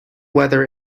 weather